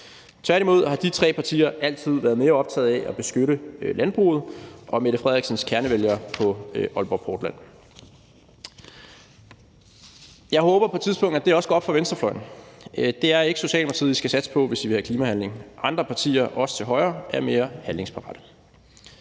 Tværtimod har de tre partier altid været mere optaget af at beskytte landbruget og Mette Frederiksens kernevælgere på Aalborg Portland. Jeg håber, at det på et tidspunkt også går op for venstrefløjen. Det er ikke Socialdemokratiet, I skal satse på, hvis I vil have klimahandling. Andre partier – også til højre – er mere handlingsparate.